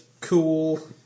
Cool